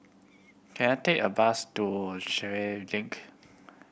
can I take a bus to Sheare Link